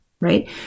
right